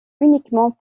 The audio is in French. uniquement